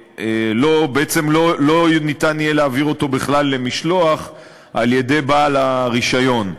בעצם לא יהיה ניתן להעביר אותו בכלל למשלוח על-ידי בעל הרישיון.